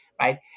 right